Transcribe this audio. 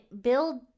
build